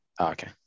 Okay